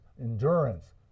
endurance